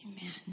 Amen